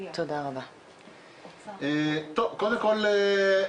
קודם כל,